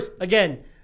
again